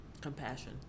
compassion